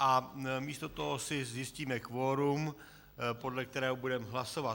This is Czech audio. A místo toho si zjistíme kvorum, podle kterého budeme hlasovat.